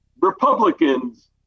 Republicans